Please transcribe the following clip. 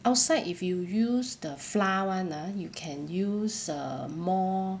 outside if you use the flour [one] ah you can use err more